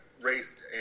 raced